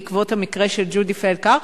בעקבות המקרה של ג'ודי פלד-קאר.